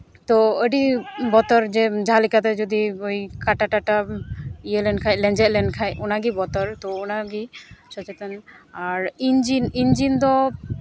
ᱛᱳ ᱟᱹᱰᱤ ᱵᱚᱛᱚᱨ ᱡᱮ ᱡᱟᱦᱟᱸ ᱞᱮᱠᱟᱛᱮ ᱡᱩᱫᱤ ᱠᱟᱴᱟ ᱴᱟᱴᱟᱢ ᱤᱭᱟᱹ ᱞᱮᱱᱠᱷᱟᱱ ᱞᱮᱸᱡᱮᱫ ᱞᱮᱱᱠᱷᱟᱱ ᱛᱳ ᱚᱱᱟᱜᱮ ᱥᱚᱪᱮᱛᱚᱱ ᱟᱨ ᱤᱧᱡᱤᱱ ᱤᱧᱡᱤᱱ ᱫᱚ